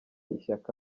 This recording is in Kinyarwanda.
ishyaka